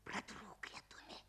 pratrūk lietumi